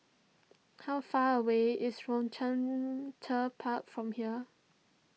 how far away is Rochester Park from here